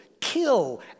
kill